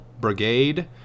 brigade